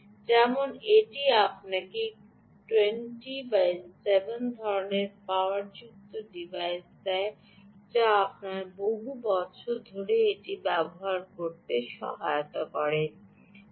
যেমন এটি আপনাকে 20 × 7 ধরণের পাওয়ারযুক্ত ডিভাইস দেয় যা আপনাকে বহু বছর ধরে এটি ব্যবহার করতে সহায়তা করতে পারে